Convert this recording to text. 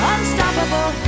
Unstoppable